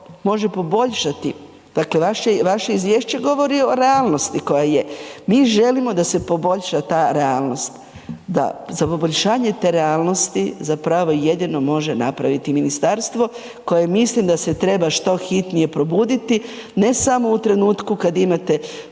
može poboljšati dakle vaše izvješće govori o realnosti koja je, mi želimo da se poboljša ta realnost, da za poboljšanje te realnosti zapravo jedino može napraviti ministarstvo koje mislim da se treba što hitnije probuditi ne samo u trenutku kad imate